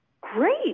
Great